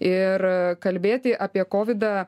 ir kalbėti apie kovidą